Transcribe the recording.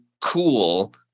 cool